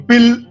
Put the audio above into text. Bill